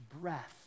breath